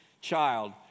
child